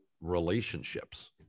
relationships